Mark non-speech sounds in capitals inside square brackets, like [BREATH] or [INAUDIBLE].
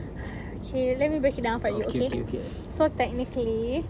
[BREATH] okay let me break it down for you okay so technically